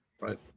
Right